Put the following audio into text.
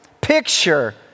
picture